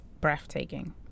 breathtaking